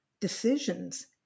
decisions